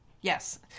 Yes